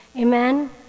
Amen